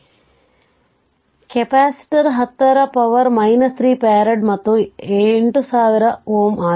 ಆದ್ದರಿಂದ ಕೆಪಾಸಿಟರ್ 10 ರ power 3 farad ಮತ್ತು 8000 Ω ಆಗಿದೆ